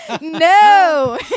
No